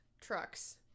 trucks